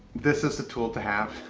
this is the tool to have.